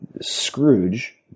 Scrooge